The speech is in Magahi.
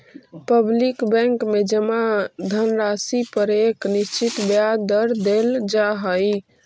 पब्लिक बैंक में जमा धनराशि पर एक निश्चित ब्याज दर देल जा हइ